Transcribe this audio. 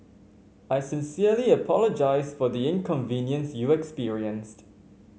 I sincerely apologise for the inconvenience you experienced